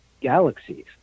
galaxies